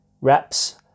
reps